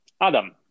Adam